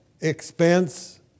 expense